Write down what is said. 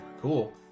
cool